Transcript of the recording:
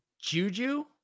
Juju